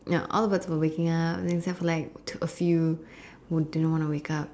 ya all the birds were waking up then except for like a few who didn't want to wake up